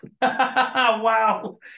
Wow